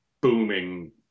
booming